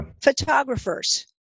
Photographers